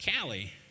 Callie